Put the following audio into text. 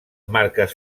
marques